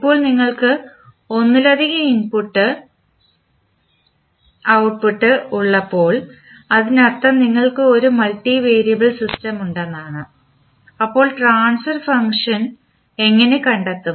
ഇപ്പോൾ നിങ്ങൾക്ക് ഒന്നിലധികം ഇൻപുട്ട് ഔട്ട്പുട്ട് ഉള്ളപ്പോൾ അതിനർത്ഥം നിങ്ങൾക്ക് ഒരു മൾട്ടിവേരിയബിൾ സിസ്റ്റം ഉണ്ടെന്നാണ് അപ്പോൾ ട്രാൻസ്ഫർ ഫംഗ്ഷൻ എങ്ങനെ കണ്ടെത്തും